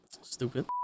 stupid